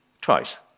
twice